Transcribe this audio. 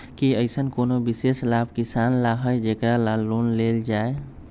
कि अईसन कोनो विशेष लाभ किसान ला हई जेकरा ला लोन लेल जाए?